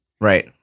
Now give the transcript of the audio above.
right